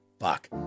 fuck